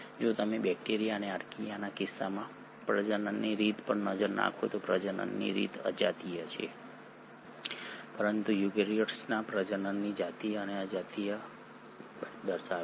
જો તમે બેક્ટેરિયા અને આર્કિયાના કિસ્સામાં પ્રજનનની રીત પર નજર નાખો તો પ્રજનનની રીત અજાતીય છે પરંતુ યુકેરીયોટ્સ પ્રજનનની જાતીય અને અજાતીય બંને રીત દર્શાવે છે